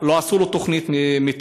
לא עשו לו תוכנית מתאר,